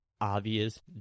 obvious